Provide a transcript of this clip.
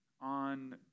on